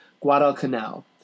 Guadalcanal